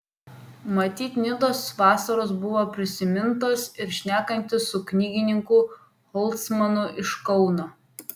matyt nidos vasaros buvo prisimintos ir šnekantis su knygininku holcmanu iš kauno